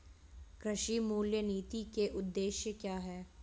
कृषि मूल्य नीति के उद्देश्य क्या है?